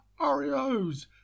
Oreos